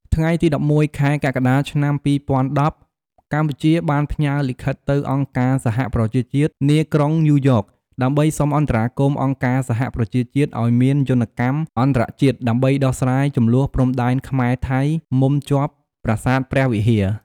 ថ្ងៃទី១១ ខែសីហា ឆ្នាំ២០១០ កម្ពុជាបានផ្ញើលិខិតទៅអង្គការសហប្រជាជាតិ នាក្រុងញ៉ូវយ៉ក ដើម្បីសូមអន្តរាគមន៍អង្គការសហប្រជាជាតិឱ្យមានយន្តកម្មអន្តរជាតិ ដើម្បីដោះស្រាយជម្លោះព្រំដែនខ្មែរ-ថៃមុំជាប់ប្រាសាទព្រះវិហារ។